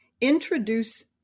Introduce